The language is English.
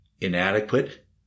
inadequate